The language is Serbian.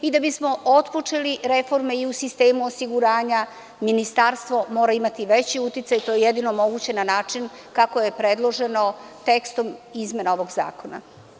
Da bismo otpočeli reforme u sistemu osiguranja, Ministarstvo mora imati veći uticaj, a to je jedino moguće na način kako je predloženo tekstom izmena ovog zakona.